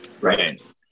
Right